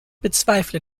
bezweifle